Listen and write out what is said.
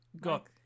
got